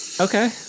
okay